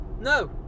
No